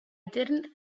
didn’t